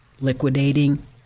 liquidating